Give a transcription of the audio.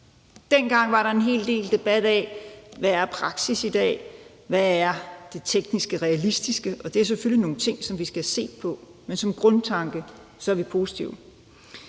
Dengang var der en hel del debat om, hvad praksis er i dag, og hvad det teknisk realistiske er. Det er selvfølgelig nogle ting, som vi skal se på, men som grundtanke er vi positive.